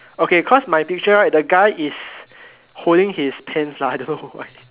okay cause my picture right the guy is holding pants lah I don't know why